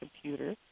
computer